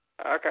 Okay